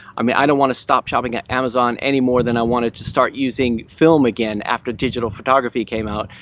i mean, i don't want to stop shopping at amazon any more than i wanted to start using film again after digital photography came out.